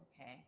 Okay